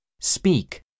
Speak